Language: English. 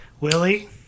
Willie